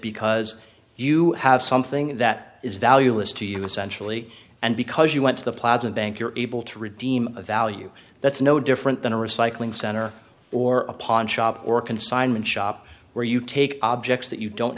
because you have something that is valueless to you essentially and because you went to the platinum bank you're able to redeem a value that's no different than a recycling center or a pawn shop or a consignment shop where you take objects that you don't